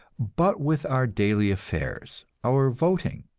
but with our daily affairs, our voting.